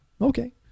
okay